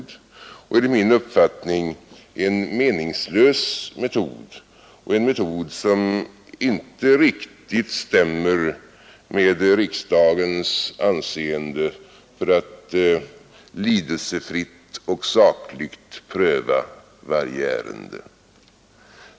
Det är vidare enligt min uppfattning en meningslös metod och en metod som icke riktigt stämmer med riksdagens anseende för att lidelsefritt och sakligt pröva varje ärende.